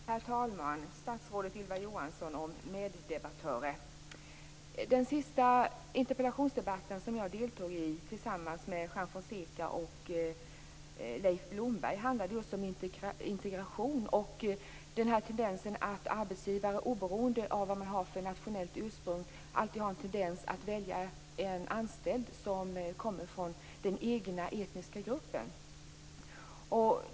Herr talman! Statsrådet Ylva Johansson! Meddebattörer! Den senaste interpellationsdebatt som jag deltog i tillsammans med Juan Fonseca och Leif Blomberg handlade just om integration och tendensen att arbetsgivare, oberoende av vad de har för nationellt ursprung, väljer att anställa en person som kommer från den egna etniska gruppen.